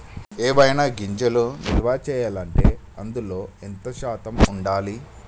ఏవైనా గింజలు నిల్వ చేయాలంటే అందులో ఎంత శాతం ఉండాలి?